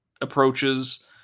approaches